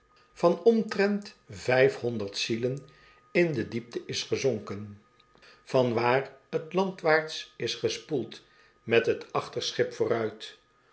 van omtrent vijfhonderd zielen in de diepte is gezonken van waar t landwaarts is gespoeld met t achterschip vooruit